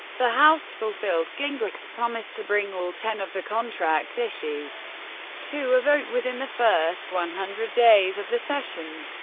the house fulfilled gingrich's promise to bring all ten of the contract's issues to a vote within the first one hundred days of the session.